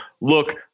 look